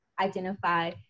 identify